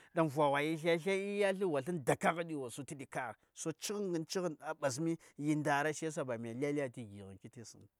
Dang vwa yi tlya-tlyai in ya slə wo slən dakaghədi wo sutuɗi ka:r so cighən ngən cighən ɓasmi yi nɗara shiyasa ba mya lya-lya tə gighən kitn vəŋ,